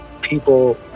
people